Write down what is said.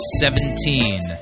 seventeen